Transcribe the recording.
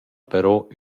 però